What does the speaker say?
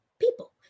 people